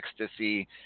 Ecstasy